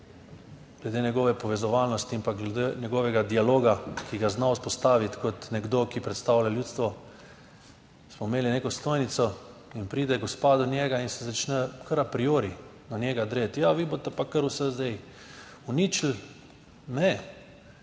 glede njegove povezovalnosti in pa glede njegovega dialoga, ki ga zna vzpostaviti kot nekdo, ki predstavlja ljudstvo. Smo imeli neko stojnico in pride gospa do njega in se začne kar apriori na njega dreti: "Ja, vi boste pa kar vse zdaj uničili! Ne,